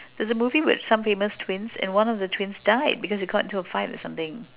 there's a movie with some famous twins and one of the twins died because they got into a fight or something